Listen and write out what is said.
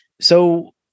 so-